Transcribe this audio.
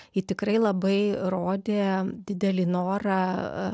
ji tikrai labai rodė didelį norą